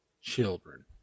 children